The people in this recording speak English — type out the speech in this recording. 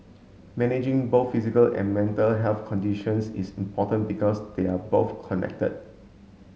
managing both physical and mental health conditions is important because they are both connected